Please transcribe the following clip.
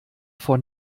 vor